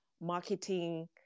marketing